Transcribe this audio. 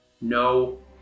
No